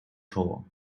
czoło